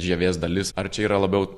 žievės dalis ar čia yra labiau